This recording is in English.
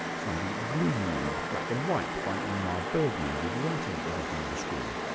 something gloomy and black-and-white by ingmar bergmann with writing at the bottom of the screen.